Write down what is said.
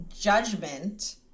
judgment